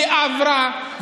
היא עברה,